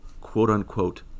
quote-unquote